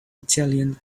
italian